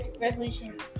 resolutions